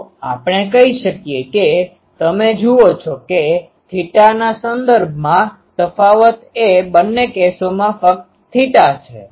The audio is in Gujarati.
તો આપણે કહી શકીએ કે તમે જુઓ છો કે થેટાના સંદર્ભમાં તફાવત એ બંને કેસોમાં ફક્ત થેટા છે